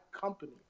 company